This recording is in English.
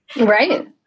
Right